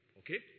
okay